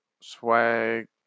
swag